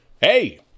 hey